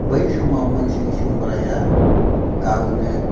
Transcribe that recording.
बै समाव मोन सिं सिं बोराया गावनो